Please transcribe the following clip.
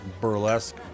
burlesque